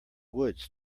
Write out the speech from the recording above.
woods